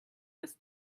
bis